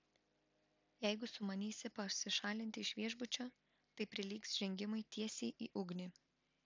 jeigu sumanysi pasišalinti iš viešbučio tai prilygs žengimui tiesiai į ugnį